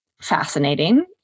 fascinating